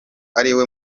ariwe